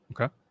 okay